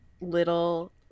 little